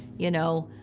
you know,